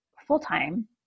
full-time